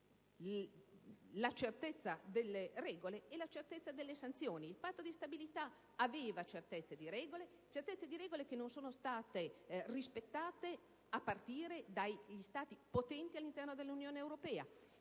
la certezza delle regole e la certezza delle sanzioni. Il Patto di stabilità sanciva una certezza di regole che non sono state rispettate, a partire dagli Stati potenti all'interno dell'Unione europea: